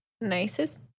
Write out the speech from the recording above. nicest